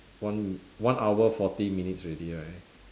one one hour forty minutes already right